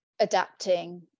adapting